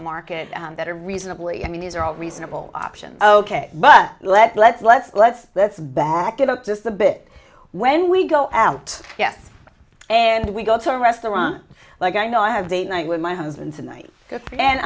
the market that are reasonably i mean these are all reasonable option ok but let's let's let's let's back it up just a bit when we go out yes and we go to a restaurant like i know i have date night with my husband tonight and